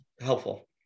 helpful